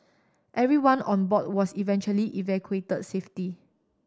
everyone on board was eventually evacuated safety